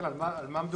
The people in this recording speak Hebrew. תסבירו במה מדובר.